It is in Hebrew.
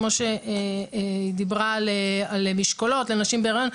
כמו שהיא דיברה על משקולות לנשים בהיריון.